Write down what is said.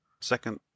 second